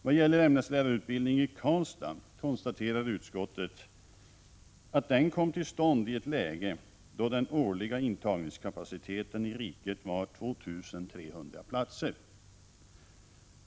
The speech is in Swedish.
Då det gäller ämneslärarutbildningen i Karlstad konstaterar utskottet att den kom till stånd i ett läge då den årliga intagningskapaciteten i riket var 2 300 platser.